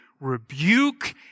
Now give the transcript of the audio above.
rebuke